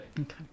Okay